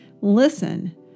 Listen